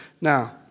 now